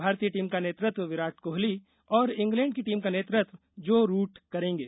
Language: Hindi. भारतीय टीम का नेतृत्वे विराट कोहली और इंग्लैंड की टीम का नेतृत्व जो रूट करेंगे